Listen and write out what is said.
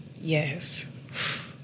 Yes